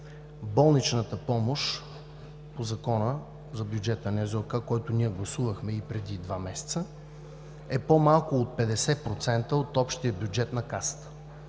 болничната помощ по Закона за бюджета на НЗОК, който ние гласувахме преди два месеца, е по-малко от 50% от общия бюджет на Касата.